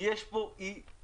כי יש פה דברים